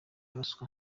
ruswa